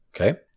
Okay